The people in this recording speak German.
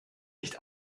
nicht